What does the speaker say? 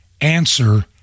answer